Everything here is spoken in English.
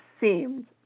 seemed